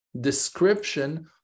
description